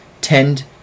tend